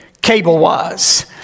cable-wise